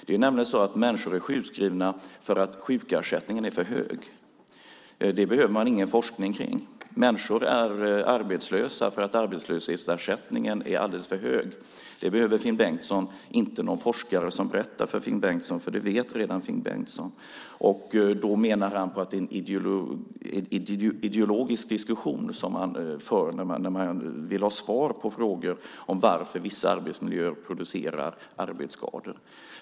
Det är nämligen så att människor är sjukskrivna för att sjukersättningen är för hög. Det behöver man ingen forskning kring. Människor är arbetslösa för att arbetslöshetsersättningen är alldeles för hög. Finn Bengtsson behöver inte någon forskare som berättar det för Finn Bengtsson, för det vet redan Finn Bengtsson. Han menar att det är en ideologisk diskussion som man för när man vill ha svar på frågor om varför vissa arbetsmiljöer producerar arbetsskador.